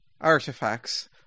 artifacts